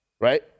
right